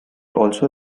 also